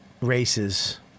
races